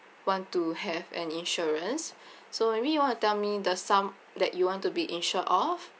want to have an insurance so maybe you wanna tell me the sum that you want to be insured of